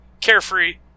carefree